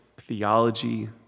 theology